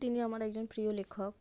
তিনি আমার একজন প্রিয় লেখক